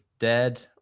Dead